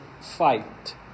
fight